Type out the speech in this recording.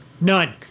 None